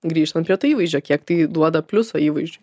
grįžtant prie to įvaizdžio kiek tai duoda pliuso įvaizdžiui